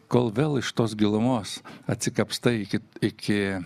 kol vėl iš tos gilumos atsikapstai iki iki